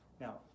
Now